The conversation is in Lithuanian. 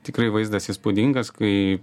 tikrai vaizdas įspūdingas kai